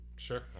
sure